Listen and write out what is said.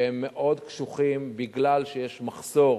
שהם מאוד קשוחים בגלל שיש מחסור